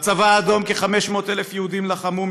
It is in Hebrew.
בצבא האדום כחצי מיליון יהודים לחמו,